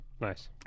Nice